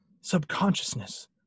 subconsciousness